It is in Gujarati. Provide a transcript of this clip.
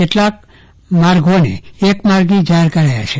કેટલાક માગોને એક માર્ગીય જાહેર કરાયો છે